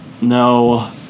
No